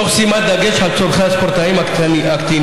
תוך שימת דגש על צורכי הספורטאים הקטינים,